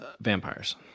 vampires